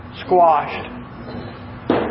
squashed